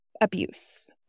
abuse